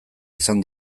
izan